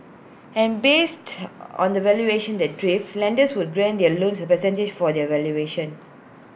and based on the valuation that derived lenders would grant their loan as A percentage for that valuation